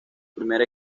primer